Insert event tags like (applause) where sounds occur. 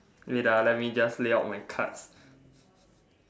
wait ah let me just lay out my cards (noise)